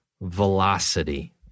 velocity